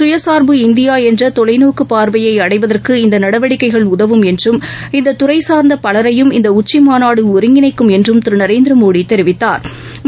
சுயசாா்பு இந்தியாஎன்றதொலைநோக்குபாாவையைஅடைவதற்கு இந்தநடவடிக்கைகள் உதவும் என்றும் இந்ததுறைசா்ந்தபலரையும் இந்தஉச்சிமாநாடுஒருங்கிணைக்கும் என்றும் திருநரேந்திரமோடிநம்பிக்கைதெரிவித்தாா்